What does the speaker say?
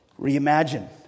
reimagine